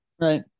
Right